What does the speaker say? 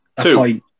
Two